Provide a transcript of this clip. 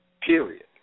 period